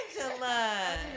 Angela